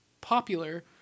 popular